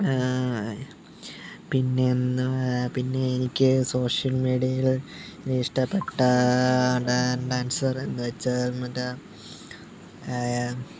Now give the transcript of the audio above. പിന്നെ എന്നും പിന്നെ എനിക്ക് സോഷ്യല് മീഡിയയില് ഇഷ്ടപ്പെട്ട ഡാന്സറ് എന്നുവെച്ചാൽ മറ്റേ